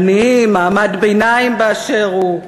עניים, מעמד ביניים באשר הוא,